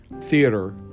theater